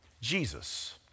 Jesus